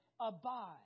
Abide